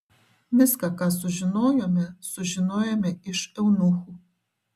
viską ką sužinojome sužinojome iš eunuchų